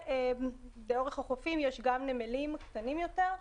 לאורך החופים יש גם נמלים קטנים יותר,